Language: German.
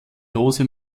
große